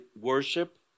worship